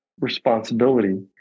responsibility